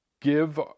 give